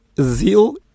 zeal